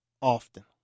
often